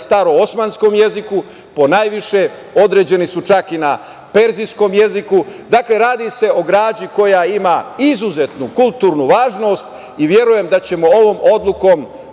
staroosmanskom jeziku, ponajviše, određeni su čak i na persijskom jeziku. Dakle, radi se o građi koja ima izuzetnu kulturnu važnost i verujem da ćemo ovom odlukom